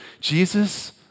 Jesus